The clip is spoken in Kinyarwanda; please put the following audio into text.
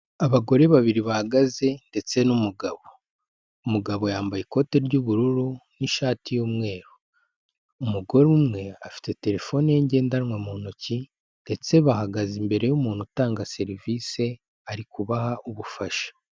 Abagore babiri bahagaze ndetse n'umugabo. Umugabo yambaye ikote ry'ubururu n'ishati y'umweru. Umugore umwe afite telefone ye ngendanwa mu ntoki ndetse bahagaze imbere y'umuntu utanga serivisi arikuha ubufasha.